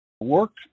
work